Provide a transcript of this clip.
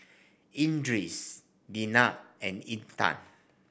Idris Jenab and Intan